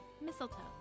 Mistletoe